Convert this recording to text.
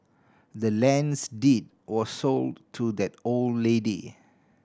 the land's deed was sold to that old lady